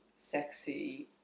sexy